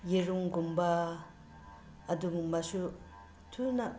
ꯌꯦꯔꯨꯝꯒꯨꯝꯕ ꯑꯗꯨꯒꯨꯝꯕꯁꯨ ꯊꯨꯅ